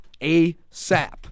ASAP